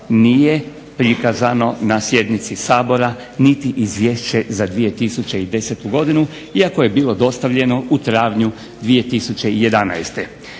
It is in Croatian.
nije prikazano na sjednici Sabora niti izvješće za 2010. godinu iako je bilo dostavljeno u travnju 2011.